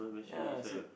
ya so